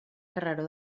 carreró